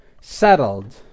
settled